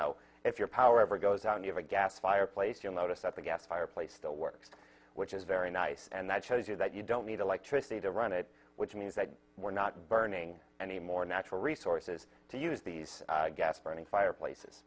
know if your power ever goes out and have a gas fireplace you'll notice that the gas fireplace still works which is very nice and that shows you that you don't need electricity to run it which means that we're not burning any more natural resources to use these gas burning fireplace